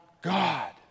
God